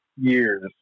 years